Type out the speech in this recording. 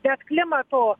bet klimato